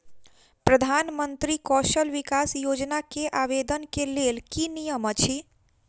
प्रधानमंत्री कौशल विकास योजना केँ आवेदन केँ लेल की नियम अछि?